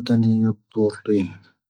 ⵀⴰ'ⴰⵜⴰⵏⵉⵢⴻ ⴳoⵜⵏⴻ.